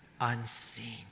unseen